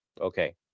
okay